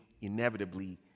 inevitably